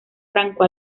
franco